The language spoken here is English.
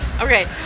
Okay